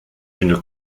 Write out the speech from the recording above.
une